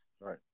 right